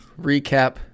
recap